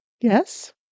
Yes